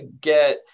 get